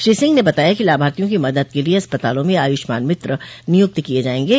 श्री सिंह ने बताया कि लाभार्थियों की मदद के लिए अस्पतालों में आयुष्मान मित्र नियुक्त किये जायेंगे